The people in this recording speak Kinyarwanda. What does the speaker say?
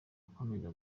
akomeza